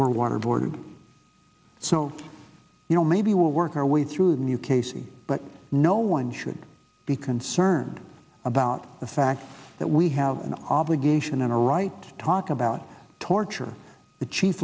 were water boarded so you know maybe we'll work our way through the new casey but no one should be concerned about the fact that we have an obligation and a right to talk about torture the